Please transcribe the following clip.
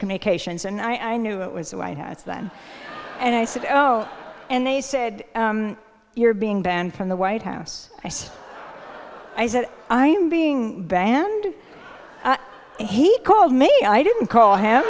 communications and i knew it was the white house then and i said and they said you're being banned from the white house i said i said i'm being banned he called me i didn't call him